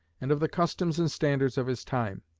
and of the customs and standards of his time.